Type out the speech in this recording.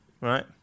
right